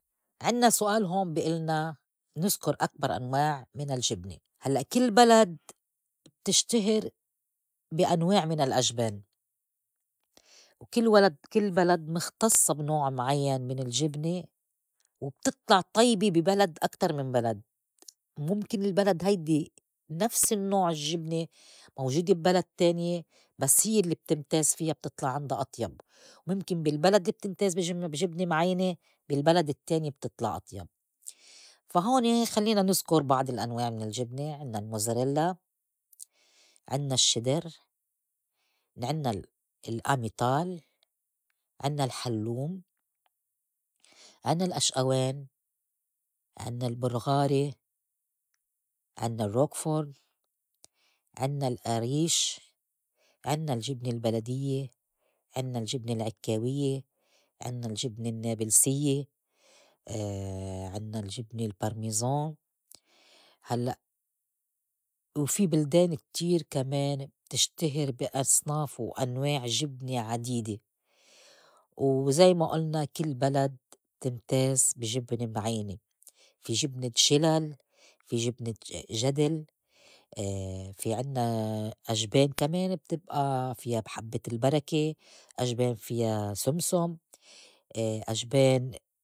عنّا سؤال هون بي ألنا نزكُر أكبر أنواع من الجبنة، هلّأ كل بلد بتشتهر بي أنواع من الأجبان وكل ولد- كل بلد مختصّة بي نوع معيّن من الجبنة وبتطلع طيبة بي بلد أكتر من بلد مُمكن البلد هيدي نفس النّوع الجبنة موجودة بي بلد تانية بس هيّ اللّي تمتاز فيا بتطلع عندا أطيب ويمكن بالبلد تمتاز بي- جبنة بي جبنة معيْنة بالبلد التّانيه بتطلع أطيب، فا هون خلّينا نذكر بعض الأنواع من الجبنة عنّا المازوريلا، عنّا الشيدر، عنّا الأميتال، عنّا الحلّوم، عنّا الأشئوان، عنّا البلغاري، عنّا الروك فورد، عنّا القريش، عنّا الجبنة البلديّة، عنّا الجبنة العكّاوية، عنّا الجبنة النابلسيّة، عنّا الجبنة البارميزان، هلّأ وفي بلدان كتير كمان بتشتهر بي أصناف وأنواع جبنة عديدة وزي ما قلنا كل بلد تمتاز بي جبنة معيْنة. في جبنة شِلل، في جبنة جَدل، في عنّا أجبان كمان بتبئى فيا حبّة البركة، أجبان فيا سِمسُم ، أجبان.